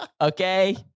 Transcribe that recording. Okay